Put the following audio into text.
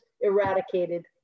eradicated